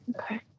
Okay